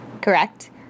Correct